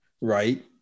Right